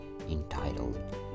entitled